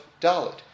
Dalit